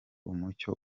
umucyo